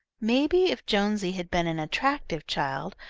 maybe if jonesy had been an attractive child,